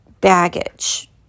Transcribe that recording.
baggage